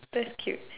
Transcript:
that's cute